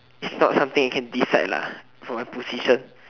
it's not something I can decide lah from my position